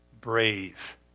brave